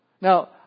Now